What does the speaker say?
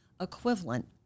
equivalent